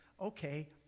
Okay